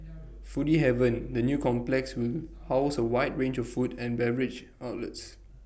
foodie haven the new complex will house A wide range of food and beverage outlets